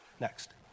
Next